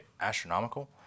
astronomical